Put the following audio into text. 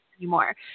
anymore